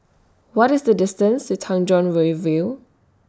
What IS The distance to Tanjong Rhu View